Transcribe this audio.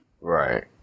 Right